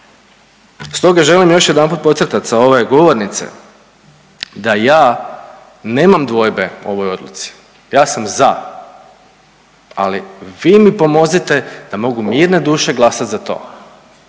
Stoga želim još jedanput podcrtati sa ove govornice da ja nemam dvojbe o ovoj odluci. Ja sam za, ali vi mi pomozite da mogu mirne duše glasat za to.